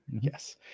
Yes